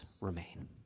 remain